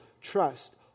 trust